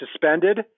suspended